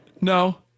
No